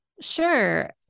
Sure